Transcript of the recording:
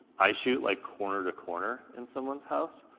i shoot like corner to corner in someone's house,